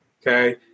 okay